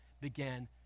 began